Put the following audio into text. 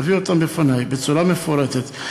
תביאי אותם לפני בצורה מפורטת,